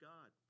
God